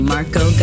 Marco